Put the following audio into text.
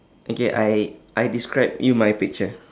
okay I I describe you my picture